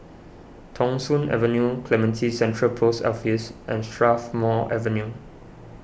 Thong Soon Avenue Clementi Central Post Office and Strathmore Avenue